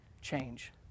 change